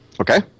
Okay